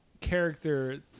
character